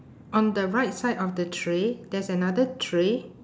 on the right side of the tray there's another tray